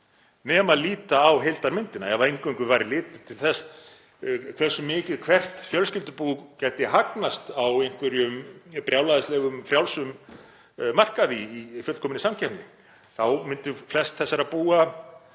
nema líta á heildarmyndina. Ef eingöngu væri litið til þess hversu mikið hvert fjölskyldubú gæti hagnast á einhverjum brjálæðislegum frjálsum markaði í fullkominni samkeppni þá myndu flest þessara búa